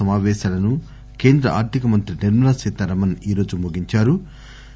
సమాపేశాలను కేంద్ర ఆర్దిక మంత్రి నిర్మలా సీతారామన్ ఈరోజు ముగించారు